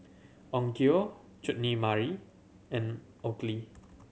Onkyo Chutney Mary and Oakley